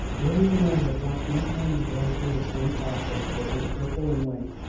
william levitt lost no time in going through the same process with his purple and white.